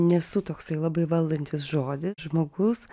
nesu toksai labai valdantis žodį žmogus